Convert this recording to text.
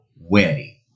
wedding